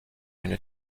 une